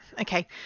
okay